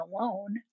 alone